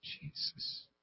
Jesus